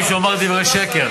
אצל כל מי שיאמר דברי שקר.